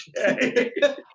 okay